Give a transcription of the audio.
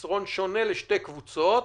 מסרון שונה לשתי קבוצות.